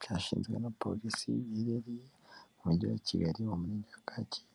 byashinzwe na polisi biherereye mu mujyi wa Kigali mu murenge wa Kacyiru.